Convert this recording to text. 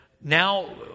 now